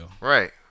Right